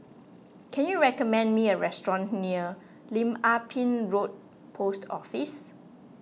can you recommend me a restaurant near Lim Ah Pin Road Post Office